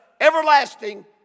everlasting